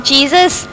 Jesus